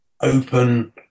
open